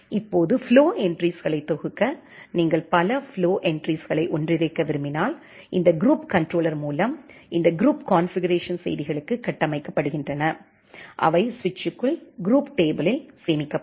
இப்போது ஃப்ளோ என்ட்ரிஸ்களை தொகுக்க நீங்கள் பல ஃப்ளோ என்ட்ரிஸ்களை ஒன்றிணைக்க விரும்பினால் இந்த குரூப் கண்ட்ரோலர் மூலம் இந்த குரூப் கான்ஃபிகரேஷன் செய்திகளுக்கு கட்டமைக்கப்படுகின்றன அவை சுவிட்சுக்குள் குரூப் டேபிள்களில் சேமிக்கப்படும்